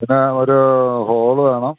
പിന്നെ ഒരു ഹോള് വേണം